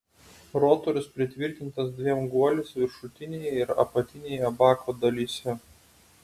rotorius pritvirtintas dviem guoliais viršutinėje ir apatinėje bako dalyse